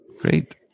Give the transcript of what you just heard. Great